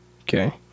Okay